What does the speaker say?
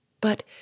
But